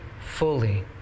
fully